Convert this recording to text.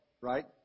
right